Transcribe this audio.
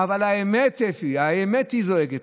אבל האמת, האמת זועקת.